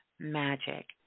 Magic